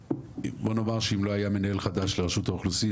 ובואו נאמר שאם לא היה מנהל חדש לרשות האוכלוסין,